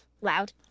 loud